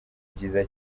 byiza